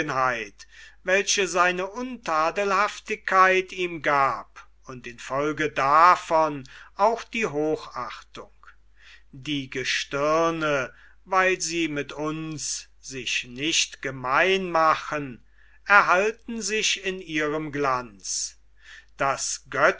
welche seine untadelhaftigkeit ihm gab und in folge davon auch die hochachtung die gestirne weil sie mit uns sich nicht gemein machen erhalten sich in ihrem glanz das